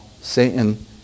Satan